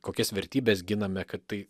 kokias vertybes giname kad tai